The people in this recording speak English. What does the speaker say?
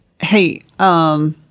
hey